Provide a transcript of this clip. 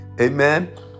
Amen